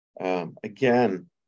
Again